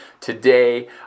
today